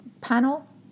panel